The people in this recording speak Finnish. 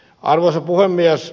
arvoisa puhemies